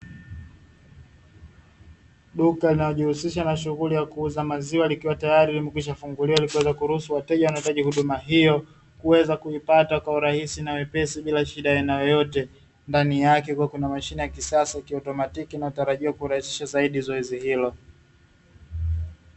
Duka linalojihusisha na shughuli ya kuuza maziwa likiwa tayari limeshafungulia, ili kuweza kuruhusu wateja wanahitaji huduma hiyo kuweza kuipata kwa urahisi na wepesi bila shida na yoyote ndani yake kuwa kuna mashine ya kisasa ya kiautomatiki inayotarajiwa kurahisisha zaidi zoezi hilo.